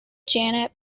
janet